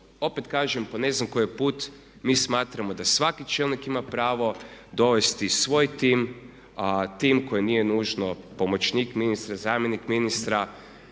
Opet kažem po ne znam koji put mi smatramo da svaki čelnik ima pravo dovesti svoj tim a tim koji nije nužno, pomoćnik ministra, zamjenik ministra.